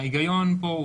ההיגיון פה,